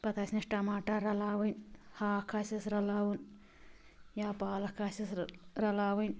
پَتہٕ آسنیٚس ٹماٹر رَلاوٕنۍ ہاکھ آسیٚس رَلاوُن یا پالَک آسیٚس رَلاوٕنۍ